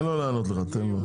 תן לו לענות לך.